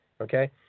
okay